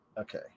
Okay